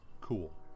Cool